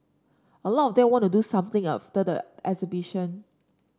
a lot of them want to do something after the exhibition